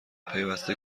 پیوسته